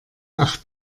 ach